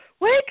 wake